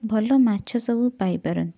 ଭଲ ମାଛ ସବୁ ପାଇ ପାରନ୍ତି